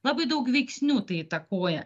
labai daug veiksnių tai įtakoja